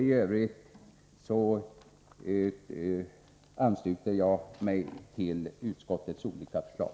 I övrigt ansluter jag mig till utskottets olika förslag.